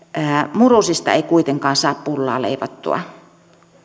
murusista ei kuitenkaan saa pullaa leivottua